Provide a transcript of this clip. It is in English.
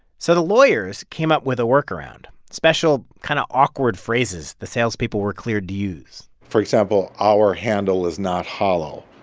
so the lawyers came up with a work around special kind of awkward phrases the salespeople were cleared to use for example, our handle is not hollow.